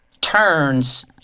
turns